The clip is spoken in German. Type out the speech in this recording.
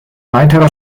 weiterer